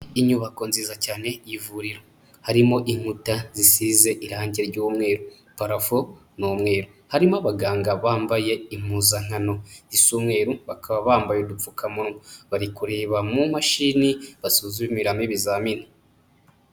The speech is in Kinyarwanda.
Inyubako nziza cyane y'ivuriro, harimo inkuta zisize irangi ry'umweru, parafo ni umweru. Harimo abaganga bambaye impuzankano isa umweru, bakaba bambaye udupfukamunwa. Bari kureba mu mashini basuzumiramo ibizamini.